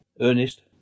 Ernest